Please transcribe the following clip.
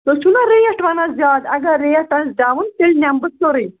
تُہۍ چھُو نا ریٹ وَنان زیادٕ اگر ریٹ آسہِ ڈاوُن تیٚلہِ نِمہٕ بہٕ سورُے